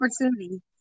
opportunity